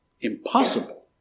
Impossible